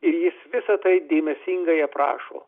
ir jis visa tai dėmesingai aprašo